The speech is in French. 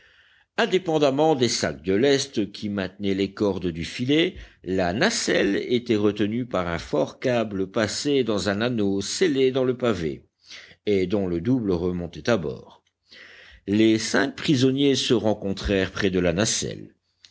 indépendamment des sacs de lest qui maintenaient les cordes du filet la nacelle était retenue par un fort câble passé dans un anneau scellé dans le pavé et dont le double remontait à bord les cinq prisonniers se rencontrèrent près de la nacelle